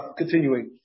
continuing